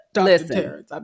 Listen